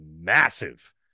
massive